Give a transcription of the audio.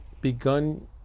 begun